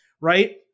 right